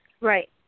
Right